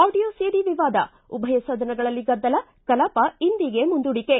audio CD ವಿವಾದ ಉಭಯ ಸದನಗಳಲ್ಲಿ ಗದ್ದಲ ಕಲಾಪ ಇಂದಿಗೆ ಮುಂದೂಡಿಕೆ